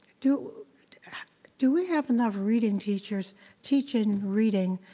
do do we have enough reading teachers teaching reading,